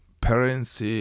parents